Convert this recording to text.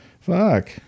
Fuck